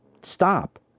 stop